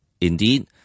Indeed